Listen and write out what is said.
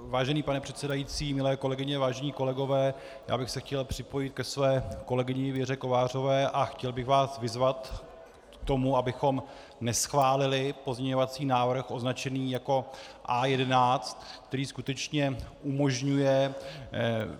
Vážený pane předsedající, milé kolegyně, vážení kolegové, já bych se chtěl připojit ke své kolegyni Věře Kovářové a chtěl bych vás vyzvat k tomu, abychom neschválili pozměňovací návrh označený jako A11, který skutečně umožňuje